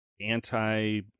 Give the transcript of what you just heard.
anti